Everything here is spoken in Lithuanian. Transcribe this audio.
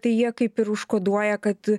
tai jie kaip ir užkoduoja kad